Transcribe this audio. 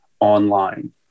online